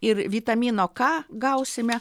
ir vitamino k gausime